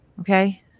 okay